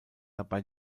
dabei